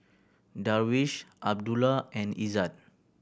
Darwish Abdullah and Izzat